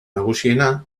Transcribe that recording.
nagusiena